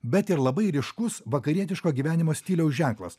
bet ir labai ryškus vakarietiško gyvenimo stiliaus ženklas